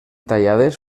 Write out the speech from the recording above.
tallades